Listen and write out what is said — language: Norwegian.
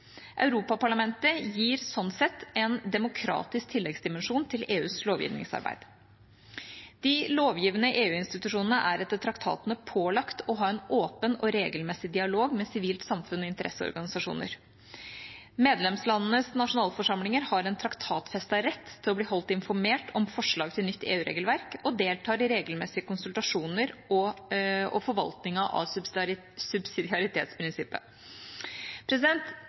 Europaparlamentet gir sånn sett en demokratisk tilleggsdimensjon til EUs lovgivningsarbeid. De lovgivende EU-institusjonene er etter traktatene pålagt å ha en åpen og regelmessig dialog med sivilt samfunn og interesseorganisasjoner. Medlemslandenes nasjonalforsamlinger har en traktatfestet rett til å bli holdt informert om forslag til nytt EU-regelverk og deltar i regelmessige konsultasjoner og forvaltningen av subsidiaritetsprinsippet.